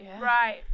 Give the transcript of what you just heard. Right